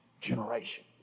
generation